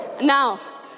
Now